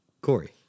Corey